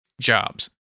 jobs